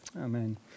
Amen